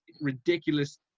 ridiculous